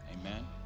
Amen